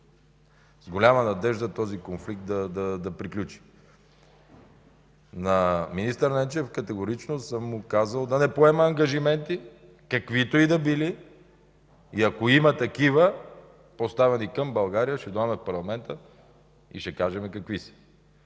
с голяма надежда този конфликт да приключи. На министъра Ненчев категорично съм казал да не поема каквито и да било ангажименти и ако има такива, поставени към България, ще дойдем в парламента и ще кажем какви са.